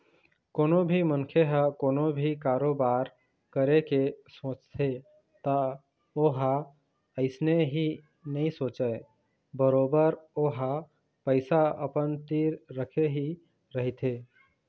कोनो भी मनखे ह कोनो भी कारोबार करे के सोचथे त ओहा अइसने ही नइ सोचय बरोबर ओहा पइसा अपन तीर रखे ही रहिथे